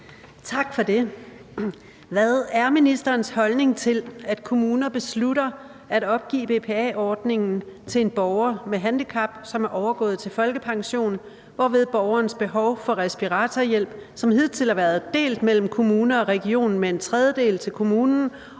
Tak for det. Hvad er ministerens holdning til, at kommuner beslutter at opgive BPA-ordningen for en borger med handicap, som er overgået til folkepension, hvorved borgerens behov for respiratorhjælp, som hidtil har været delt mellem kommunen og regionen med en tredjedel til kommunen